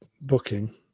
booking